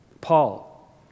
Paul